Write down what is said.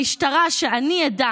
המשטרה, שאני עדה